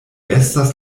estas